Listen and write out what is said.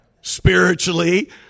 spiritually